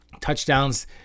Touchdowns